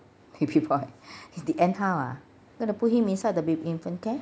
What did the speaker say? baby boy in the end how ah want to put him inside the baby infant care